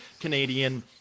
Canadian